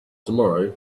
tomorrow